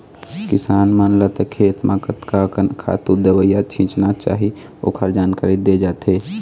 किसान मन ल खेत म कतका अकन खातू, दवई छिचना चाही ओखर जानकारी दे जाथे